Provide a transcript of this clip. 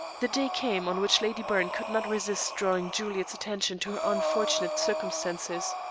the day came on which lady byrne could not resist drawing juliet's attention to her unfortunate circumstances.